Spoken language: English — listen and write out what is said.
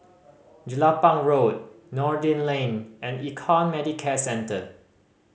Jelapang Road Noordin Lane and Econ Medicare Centre